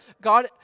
God